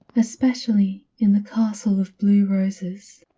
especially in the castle of blue roses.